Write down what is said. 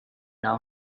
now